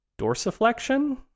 dorsiflexion